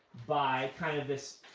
by kind of this